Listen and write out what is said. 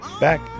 back